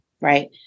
right